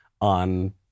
on